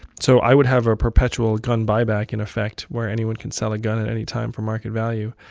so i would have a perpetual gun buyback in effect where anyone can sell a gun at any time for market value.